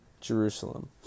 Jerusalem